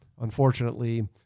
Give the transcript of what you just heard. unfortunately